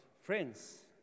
Friends